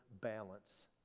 balance